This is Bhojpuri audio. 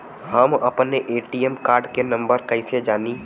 हम अपने ए.टी.एम कार्ड के नंबर कइसे जानी?